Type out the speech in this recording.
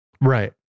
Right